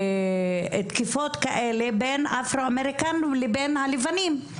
תקיפות כאלה בין אפרו אמריקנים לבין הלבנים.